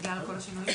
בגלל כל השינויים?